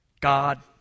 God